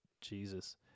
Jesus